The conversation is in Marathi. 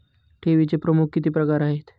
ठेवीचे प्रमुख किती प्रकार आहेत?